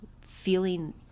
feeling